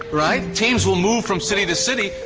right? teams will move from city to city.